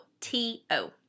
T-O